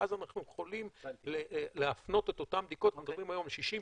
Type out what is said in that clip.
ואז אנחנו יכולים להפנות את אותן בדיקות אנחנו מדברים היום על 60,